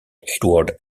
edward